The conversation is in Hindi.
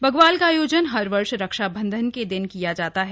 बग्वाल का आयोजन हर वर्ष रक्षाबंधन के दिन किया जाता है